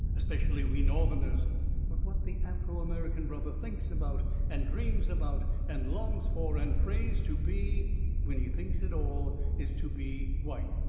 especially we northerners. but what the afro-american brother thinks about and dreams about and longs for and prays to be when he thinks at all is to be white.